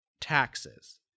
taxes